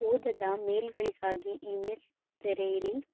ಓದದ ಮೇಲ್ಗಳಿಗಾಗಿ ಇಮೇಲ್ ತೆರೆಯಿರಿ